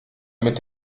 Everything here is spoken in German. mit